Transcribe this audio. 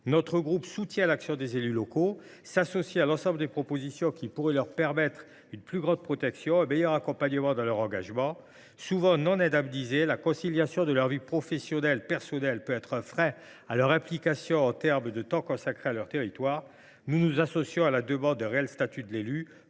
Notre groupe soutient l’action des élus locaux et s’associe à l’ensemble des propositions qui pourraient leur permettre une plus grande protection, un meilleur accompagnement dans leur engagement. Souvent non indemnisée, la conciliation avec leur vie professionnelle et personnelle peut être un frein à leur implication. Nous nous associons à la demande d’un véritable statut de l’élu